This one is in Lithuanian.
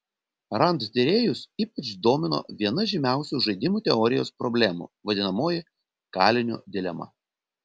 rand tyrėjus ypač domino viena žymiausių žaidimų teorijos problemų vadinamoji kalinio dilema